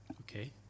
Okay